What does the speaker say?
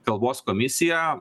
kalbos komisija